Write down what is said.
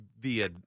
via